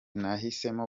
nahisemo